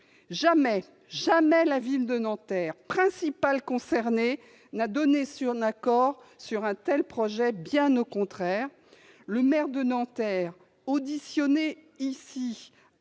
jamais, j'insiste ! -la ville de Nanterre, principale concernée, n'a donné son accord sur un tel projet. Bien au contraire ! Le maire de Nanterre, auditionné par